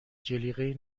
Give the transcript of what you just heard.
جلیقه